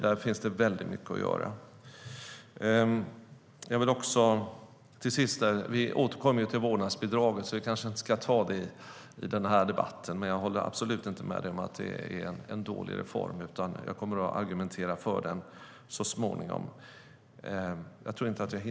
Där finns det väldigt mycket att göra.